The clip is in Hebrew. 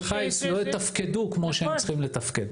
חיץ לא יתפקדו כמו שהם צריכים לתפקד.